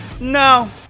No